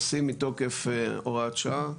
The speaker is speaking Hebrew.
עושים מתוקף הוראת שעה,